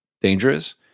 dangerous